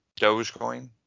dogecoin